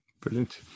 Brilliant